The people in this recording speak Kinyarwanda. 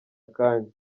akanya